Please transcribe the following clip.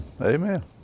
Amen